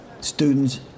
students